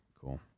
Cool